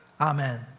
Amen